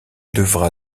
devra